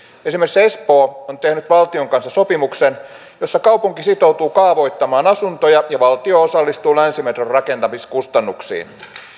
esimerkiksi espoo on tehnyt valtion kanssa sopimuksen jossa kaupunki sitoutuu kaavoittamaan asuntoja ja valtio osallistuu länsimetron rakentamiskustannuksiin